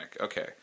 Okay